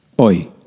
oi